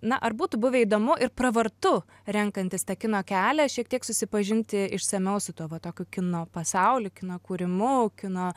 na ar būtų buvę įdomu ir pravartu renkantis tą kino kelią šiek tiek susipažinti išsamiau su tuo va tokiu kino pasauliu kino kūrimu kino